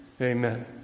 Amen